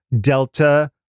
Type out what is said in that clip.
Delta